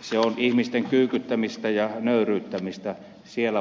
se on ihmisten kyykyttämistä ja nöyryyttämistä siellä puolen jos ruvetaan niin kuin pakottamaan